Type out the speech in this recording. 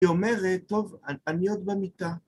‫שאומר, טוב, אני עוד במיטה.